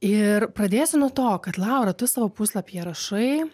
ir pradėsiu nuo to kad laura tu savo puslapyje rašai